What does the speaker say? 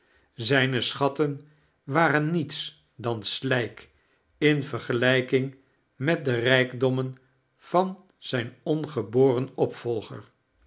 zijne scliatten waren niets dan slijk in vergelijking j met de rijkdommeii van zijn ongeboren opvolger